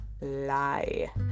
lie